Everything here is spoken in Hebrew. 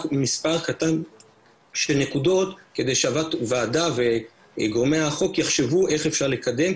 מספר קטן של נקודות כדי שהוועדה וגורמי החוק יחשבו איך אפשר לקדם,